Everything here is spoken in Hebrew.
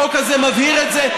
החוק הזה מבהיר את זה,